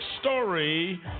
story